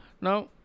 Now